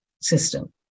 system